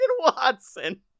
watson